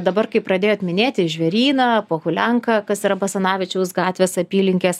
dabar kai pradėjot minėti žvėryną pohulianką kas yra basanavičiaus gatvės apylinkės